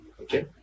Okay